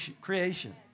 creation